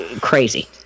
crazy